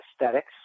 aesthetics